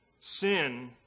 Sin